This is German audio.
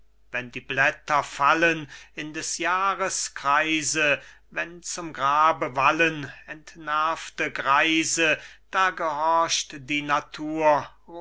wenn die blätter fallen in des jahres kreise wenn zum grabe wallen entnervte greise da gehorcht die natur